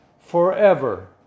forever